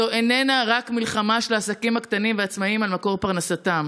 זאת איננה רק מלחמה של העסקים הקטנים והעצמאים על מקור פרנסתם,